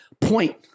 point